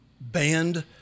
banned